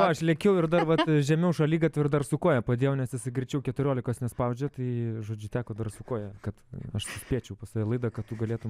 aš lėkiau ir dar vat žemiau šaligatvio ir dar su koja padėjau nes jisai greičiau keturiolikos nespaudžia tai žodžiu teko dar su koja kad aš suspėčiau pas tave laidą kad tu galėtum